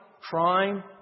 crime